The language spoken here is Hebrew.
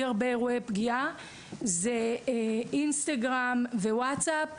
הרבה אירועי פגיעה זה אינסטגרם וואטסאפ,